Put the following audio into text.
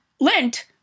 lint